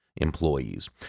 employees